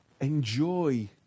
enjoy